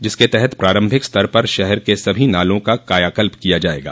जिसके तहत प्रारंभिक स्तर पर शहर के सभी नाला का कायाकल्प किया जाएगा